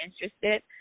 interested